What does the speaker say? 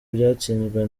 byatsinzwe